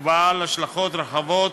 ובעלת השלכות רחבות